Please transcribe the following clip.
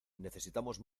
necesitamos